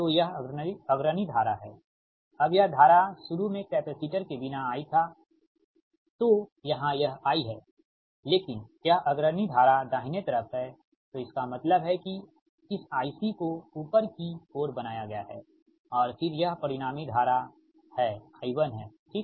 तो यह अग्रणी धारा है अब यह धारा शुरू में कैपेसिटर के बिना I था तो यहाँ यह I है लेकिन यह अग्रणी धारा दाहिने तरफ है तो इसका मतलब है कि इस IC को ऊपर की ओर बनाया गया है और फिर यह परिणामी धारा है I1 है ठीक